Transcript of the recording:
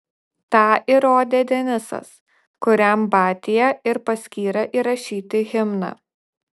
tą įrodė denisas kuriam batia ir paskyrė įrašyti himną